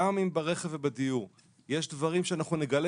שגם אם ברכב ובדיור יש דברים שאנחנו נגלה